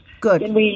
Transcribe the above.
Good